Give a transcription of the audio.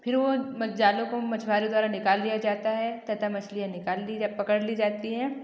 फिर वो म जालों को मछवारों द्वारा निकाल लिया जाता है तथा मछलियाँ निकाल ली जा पकड़ ली जाती है